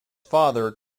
father